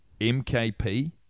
MKP